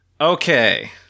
Okay